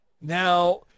Now